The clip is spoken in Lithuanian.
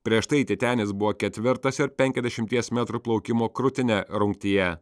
prieš tai titenis buvo ketvirtas ir penkiasdešimties metrų plaukimo krūtine rungtyje